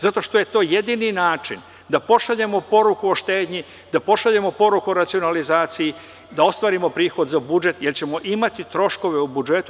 Zato što je to jedini način da pošaljemo poruku o štednji, da pošaljemo poruku o racionalizaciji, da ostvarimo prihod za budžet, jer ćemo imati troškove o budžetu.